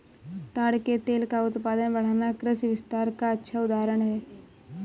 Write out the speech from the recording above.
ताड़ के तेल का उत्पादन बढ़ना कृषि विस्तार का अच्छा उदाहरण है